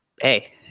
hey